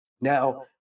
Now